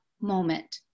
moment